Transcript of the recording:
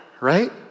right